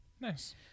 Nice